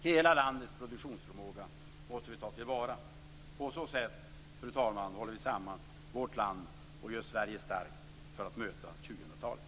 Hela landets produktionsförmåga måste vi ta till vara. På så sätt, fru talman, håller vi samman vårt land och gör Sverige starkt för att möta 2000-talet.